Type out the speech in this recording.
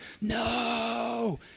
no